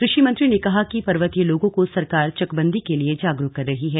कृषि मंत्री ने कहा कि पर्वतीय लोगों को सरकार चकबंदी के लिए जागरूक कर रही हैं